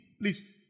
Please